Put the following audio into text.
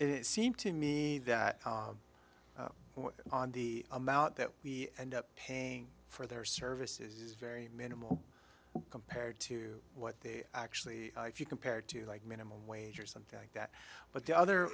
it seemed to me that on the amount that we end up paying for their services is very minimal compared to what they actually if you compared to like minimum wage or something like that but the other